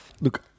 Look